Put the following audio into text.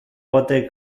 pote